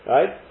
Right